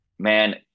Man